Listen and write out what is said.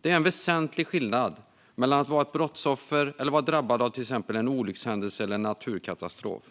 Det är en väsentlig skillnad mellan att vara ett brottsoffer och att vara drabbad av exempelvis en olyckshändelse eller naturkatastrof.